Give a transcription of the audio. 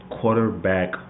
quarterback